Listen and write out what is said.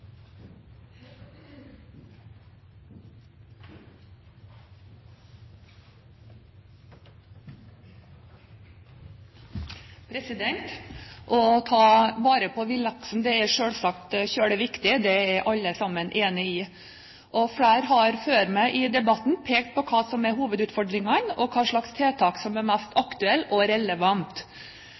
ta vare på villaksen er selvsagt veldig viktig. Det er alle enig i. Flere før meg i debatten har pekt på hva som er hovedutfordringene, og hvilke tiltak som er mest aktuelle og